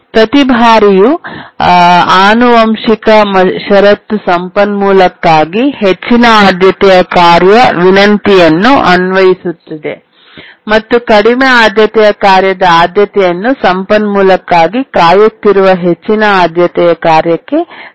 ಪ್ರತಿ ಬಾರಿಯೂ ಆನುವಂಶಿಕ ಷರತ್ತು ಸಂಪನ್ಮೂಲಕ್ಕಾಗಿ ಹೆಚ್ಚಿನ ಆದ್ಯತೆಯ ಕಾರ್ಯ ವಿನಂತಿಯನ್ನು ಅನ್ವಯಿಸುತ್ತದೆ ಮತ್ತು ಕಡಿಮೆ ಆದ್ಯತೆಯ ಕಾರ್ಯದ ಆದ್ಯತೆಯನ್ನು ಸಂಪನ್ಮೂಲಕ್ಕಾಗಿ ಕಾಯುತ್ತಿರುವ ಹೆಚ್ಚಿನ ಆದ್ಯತೆಯ ಕಾರ್ಯಕ್ಕೆ ಸಮನಾಗಿರುತ್ತದೆ